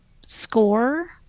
SCORE